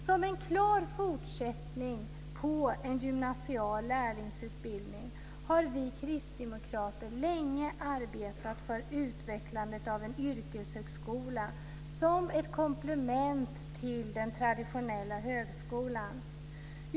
Som en klar fortsättning på en gymnasial lärlingsutbildning har vi kristdemokrater länge arbetat för utvecklandet av en yrkeshögskola som ett komplement till den traditionella högskolan.